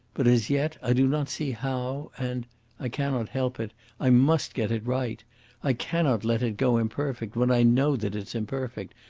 but as yet i do not see how, and i cannot help it i must get it right i cannot let it go imperfect when i know that it's imperfect,